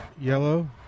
Yellow